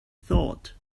thought